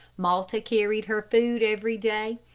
malta carried her food every day,